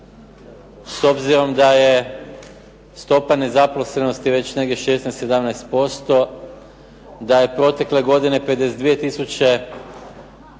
s obzirom da je stopa nezaposlenosti negdje 16, 17%, da je protekle godine 52